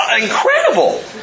incredible